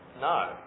no